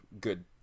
good